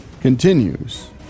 continues